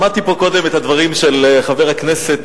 שמעתי פה קודם את הדברים של חבר הכנסת